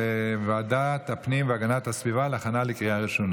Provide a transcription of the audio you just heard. לוועדת הפנים והגנת הסביבה נתקבלה.